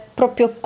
proprio